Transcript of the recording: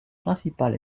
principal